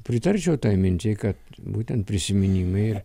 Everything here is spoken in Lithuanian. pritarčiau minčiai kad būtent prisiminimai ir